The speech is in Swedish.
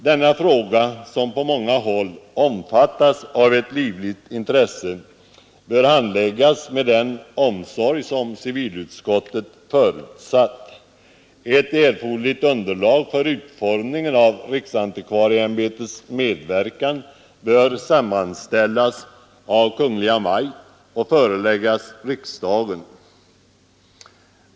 Denna fråga, som på många håll omfattas med ett livligt intresse, bör handläggas med den omsorg som civilutskottet förutsatt. Erforderligt underlag för utformningen av riksantikvarieimbetets medverkan bör sammanställas av Kungl. Maj:t och föreläggas riksdagen.